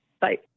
Bye